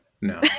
no